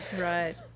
Right